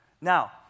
Now